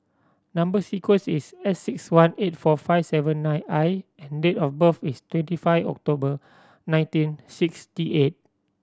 number sequence is S six one eight four five seven nine I and date of birth is twenty five October nineteen sixty eight